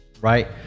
right